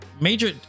major